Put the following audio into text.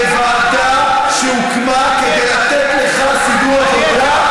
בוועדה שהוקמה כדי לתת לך סידור עבודה,